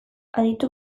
aditu